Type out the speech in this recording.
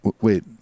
Wait